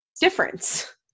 Difference